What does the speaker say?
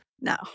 No